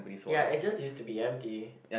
ya it just used to be empty